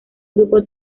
grupo